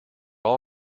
all